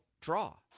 draw